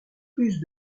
plus